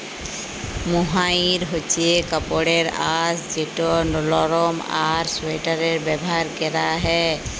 mohair হছে কাপড়ের আঁশ যেট লরম আর সোয়েটারে ব্যাভার ক্যরা হ্যয়